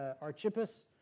Archippus